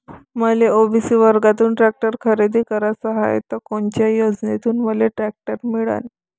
मले ओ.बी.सी वर्गातून टॅक्टर खरेदी कराचा हाये त कोनच्या योजनेतून मले टॅक्टर मिळन?